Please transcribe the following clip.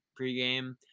pregame